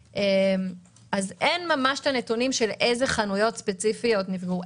אין ממש נתונים על איזה חנויות ספציפיות נפגעו.